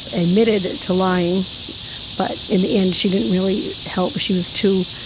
admitted to lying but in the end she didn't really help, she was too.